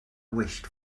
wished